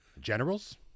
Generals